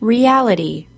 Reality